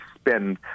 spend